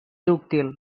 dúctil